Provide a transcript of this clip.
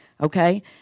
Okay